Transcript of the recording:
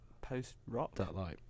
post-rock